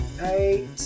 eight